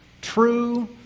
True